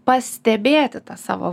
pastebėti tą savo